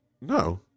No